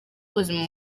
ubuzima